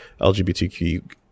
LGBTQ